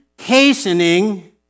hastening